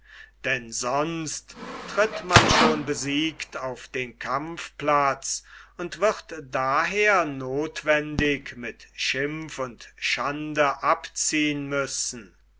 denn sonst tritt man schon besiegt auf den kampfplatz und wird daher nothwendig mit schimpf und schande abziehen müssen